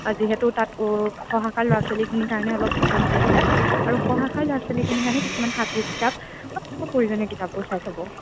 আৰু যিহেতু তাত খ শাখাৰ ল'ৰা ছোৱালীখিনিৰ কাৰণে অলপ উপযোগী কিতাপ আৰু ক শাখাৰ ল'ৰা ছোৱালীখিনিৰ কাৰণে কিছুমান সাধু কিতাপ অলপ প্ৰয়োজনীয় কিতাপবোৰ চাই থ'ব